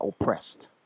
oppressed